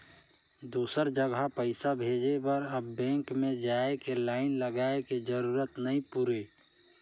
दुसर जघा पइसा भेजे बर अब बेंक में जाए के लाईन लगाए के जरूरत नइ पुरे